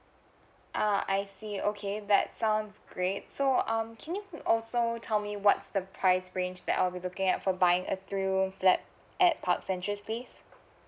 uh I see okay that sounds great so um can you also tell me what's the price range that I'll be looking at for buying a three room flat at park centuries place